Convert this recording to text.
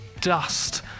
dust